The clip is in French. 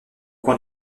coin